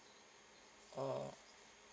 oh